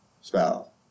spell